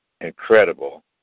incredible